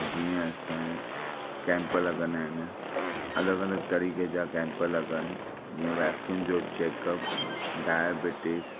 जीअं असां केम्प लॻंदा आहिनि अलॻि अलॻि तरीक़े जा केम्प लॻनि जीअं वेक्यूम जो चेकअप डायबिटीज़